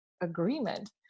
agreement